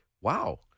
wow